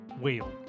wheel